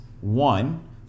One